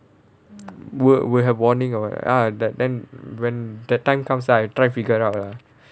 will will have warning or what ah that then when that time comes up I try figured out lah